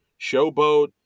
Showboat